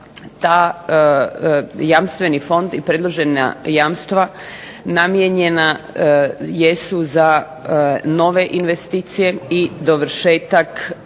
Taj Jamstveni fond i predložena jamstva namijenjena jesu za nove investicije i dovršetak